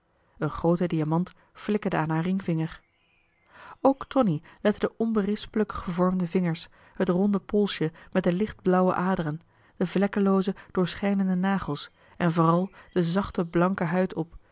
een groote diamant flikkerde aan haar ringvinger ook tonie lette de onberispelijk gevormde vingers het ronde polsje met de licht blauwe aderen de vlekkelooze doorschijnende nagels en vooral de zachte blanke huid op